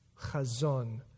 chazon